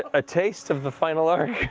a taste of the final arc.